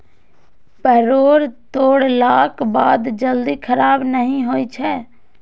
परोर तोड़लाक बाद जल्दी खराब नहि होइ छै